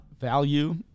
Value